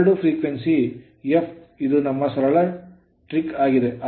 ಎರಡೂ frequency ಆವರ್ತನಗಳು f ಇದು ನಮ್ಮ ಸರಳ ಟ್ರಿಕ್ ಆಗಿದೆ